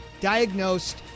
diagnosed